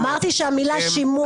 אמרתי שהמילה "שימוע"